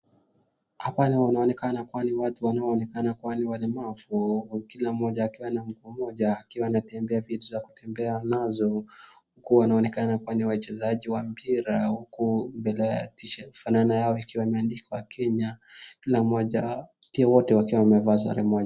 Hapa inaonekana kuwa ni watu wanaoonekana kuwa ni walemavu, kila mmoja akiwa na mguu mmoja akiwa anatembea na vitu za kutembea nazo, huku wanaonekana kuwa ni wachezaji wa mpira, huku mbele ya t-shirt fulana yao ikiwa imeandikwa Kenya kil mmoja wao, ikiwa wote wakiwa wamevaa sare moja.